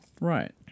Right